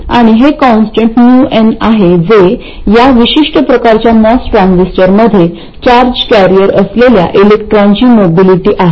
आणि हे constant µn आहे जे या विशिष्ट प्रकारच्या मॉस ट्रान्झिस्टरमध्ये चार्ज कॅरियर असलेल्या इलेक्ट्रॉनची मोबिलिटी आहे